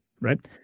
right